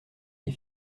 les